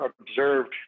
observed